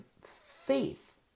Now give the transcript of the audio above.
faith